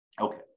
okay